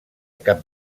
cap